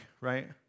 Right